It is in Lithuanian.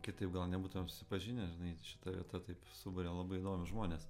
kitaip gal nebūtumėm susipažinę žinai šita vieta taip suburia labai įdomius žmones